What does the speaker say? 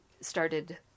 Started